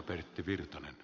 oletteko huomanneet